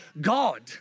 God